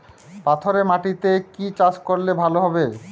পাথরে মাটিতে কি চাষ করলে ভালো হবে?